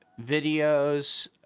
videos